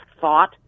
thought